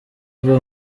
mbuga